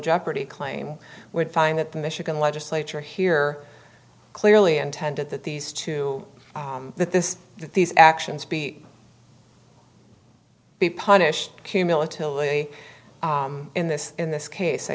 jeopardy claim would find that the michigan legislature here clearly intended that these two that this that these actions be punished cumulatively in this in this case i